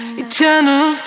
eternal